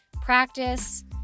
practice